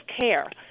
care